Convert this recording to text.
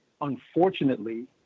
Unfortunately